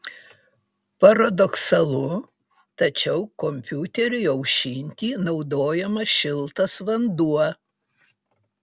paradoksalu tačiau kompiuteriui aušinti naudojamas šiltas vanduo